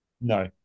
No